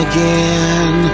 Again